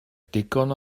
digon